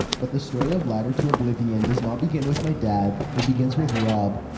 but the story of ladder to oblivion does not begin with my dad it begins with rob,